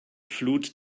flut